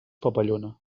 papallona